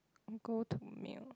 go to meal